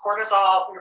cortisol